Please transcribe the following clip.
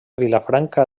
vilafranca